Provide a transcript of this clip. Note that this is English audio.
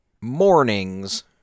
mornings